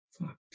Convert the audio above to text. fuck